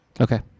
Okay